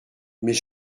mais